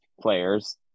players